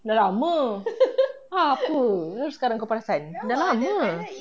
dah lama apa baru sekarang kau perasan dah lama